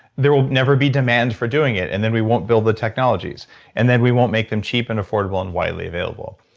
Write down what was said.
there will never be demand for doing it and then we won't build the technologies and then we won't make them cheap and affordable and widely available.